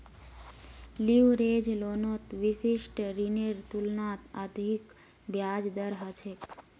leverage लोनत विशिष्ट ऋनेर तुलनात अधिक ब्याज दर ह छेक